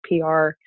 PR